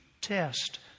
test